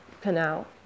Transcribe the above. canal